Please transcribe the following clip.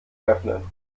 öffnen